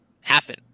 happen